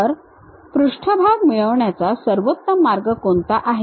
तर पृष्ठभाग मिळवण्याचा सर्वोत्तम मार्ग कोणता आहे